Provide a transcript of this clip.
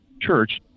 church